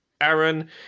Aaron